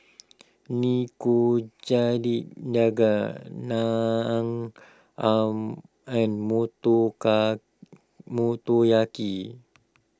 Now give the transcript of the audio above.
Naan arm and Motoka Motoyaki